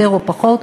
יותר או פחות,